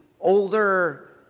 older